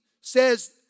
says